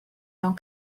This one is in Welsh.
mewn